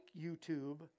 YouTube